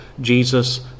jesus